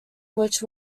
which